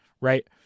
right